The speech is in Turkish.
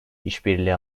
işbirliği